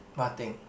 what thing